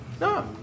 No